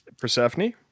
Persephone